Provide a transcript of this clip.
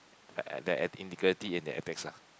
the integrity in their ethics ah